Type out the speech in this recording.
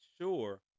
sure